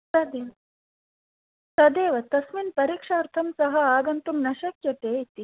तत् तदेव तस्मिन् परीक्षार्थं सः आगन्तुं न शक्यते इति